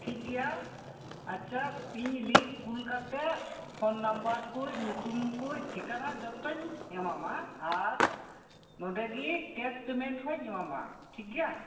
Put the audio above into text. ᱴᱷᱤᱠ ᱜᱮᱭᱟ ᱟᱪᱪᱷᱟ ᱤᱧ ᱞᱤᱥ ᱠᱩᱞ ᱠᱟᱛᱮᱫ ᱯᱷᱚᱱ ᱱᱟᱢᱵᱟᱨ ᱠᱚ ᱧᱩᱛᱩᱢ ᱠᱚ ᱴᱷᱤᱠᱟᱱᱟ ᱡᱚᱛᱚᱧ ᱮᱢᱟᱢᱟ ᱟᱨ ᱱᱚᱸᱰᱮᱜᱮ ᱠᱮᱥ ᱯᱮᱢᱮᱱᱴ ᱦᱚᱸᱧ ᱮᱢᱟᱢᱟ ᱴᱷᱤᱠᱜᱮᱭᱟ